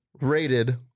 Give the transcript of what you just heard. Rated